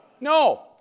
no